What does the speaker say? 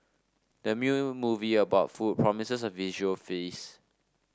the movie about food promises a visual feast